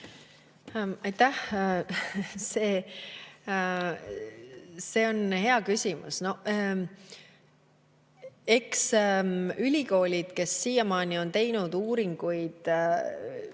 Aitäh! See on hea küsimus. Eks ülikoolid, kes siiamaani on teinud uuringuid,